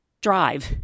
drive